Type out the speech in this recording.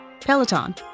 Peloton